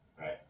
right